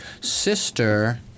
sister